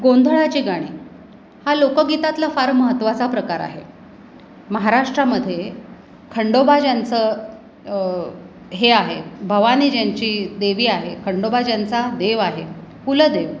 गोंधळाची गाणी हा लोकगीतातला फार महत्वाचा प्रकार आहे महाराष्ट्रामध्ये खंडोबा ज्यांचं हे आहे भवानी ज्यांची देवी आहे खंडोबा ज्यांचा देव आहे कुलदेव